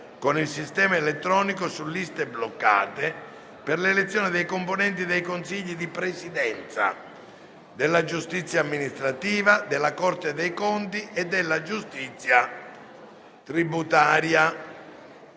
con il sistema elettronico su liste bloccate per l'elezione dei componenti dei Consigli di Presidenza della giustizia amministrativa, della Corte dei conti e della giustizia tributaria.